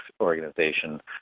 organization